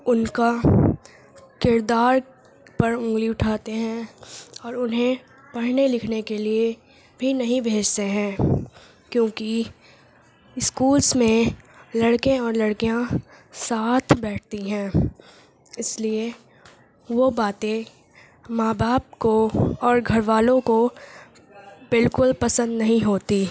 اُن کا کردار پر اُنگلی اُٹھاتے ہیں اور اُنہیں پڑھنے لکھنے کے لیے بھی نہیں بھیجتے ہیں کیوںکہ اسکولس میں لڑکے اور لڑکیاں ساتھ بیٹھتی ہیں اِس لیے وہ باتیں ماں باپ کو اور گھر والوں کو بالکل پسند نہیں ہوتی